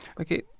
Okay